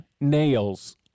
nails